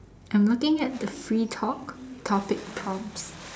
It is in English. I'm looking at the free talk topic prompts